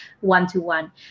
one-to-one